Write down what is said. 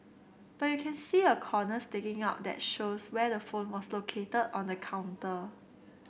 but you can see a corner sticking out that shows where the phone was located on the counter